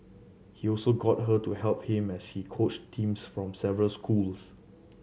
he also got her to help him as he coached teams from several schools